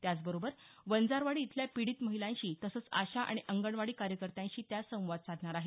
त्याचबरोबर वंजारवाडी इथल्या पीडित महिलांशी तसंच आशा आणि अंगणवाडी कार्यकर्त्यांशी त्या संवाद साधणार आहेत